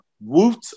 woot